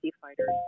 fighters